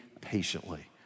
patiently